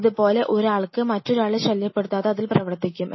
ഇത് പോലെ ഒരാൾക്ക് മറ്റൊരാളെ ശല്യപെടുത്താതെ അതിൽ പ്രവർത്തിക്കാം